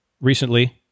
recently